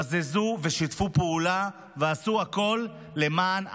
בזזו ושיתפו פעולה, ועשו הכול למען החמאס,